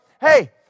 Hey